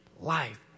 life